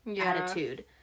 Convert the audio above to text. attitude